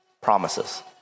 promises